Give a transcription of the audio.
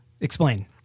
Explain